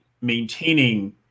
maintaining